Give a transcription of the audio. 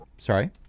Sorry